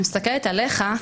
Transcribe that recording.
אני מסתכלת עליך,